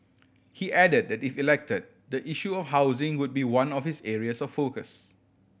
he added that if elected the issue of housing would be one of his areas of focus